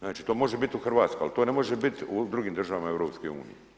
Znači, to može biti u Hrvatskoj, ali to ne može biti u drugim državama EU.